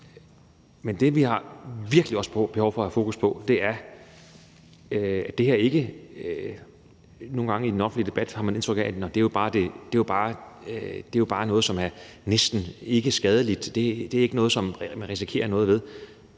Men det, vi virkelig også har behov for at have fokus på, er, at det her ikke er et uskadeligt stof. Nogle gange i den offentlige debat har man indtryk af, at det jo bare er noget, som næsten ikke er skadeligt. Det er ikke noget, som man risikerer noget ved.